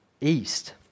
east